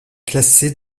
classer